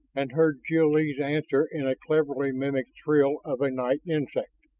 and heard jil-lee's answer in a cleverly mimicked trill of a night insect.